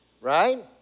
right